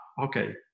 okay